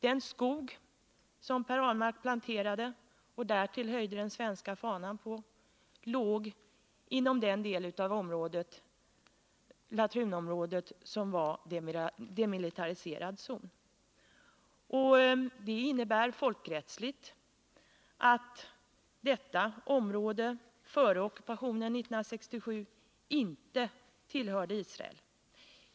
Den skog som Per Ahlmark planterade — och därtill höjde den svenska fanan på — låg inom den del av Latrunområdet som var demilitariserad zon. Det innebär folkrättsligt att detta område före ockupationen 1967 inte tillhörde Israel.